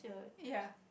ya